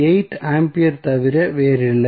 8 ampere தவிர வேறில்லை